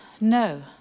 No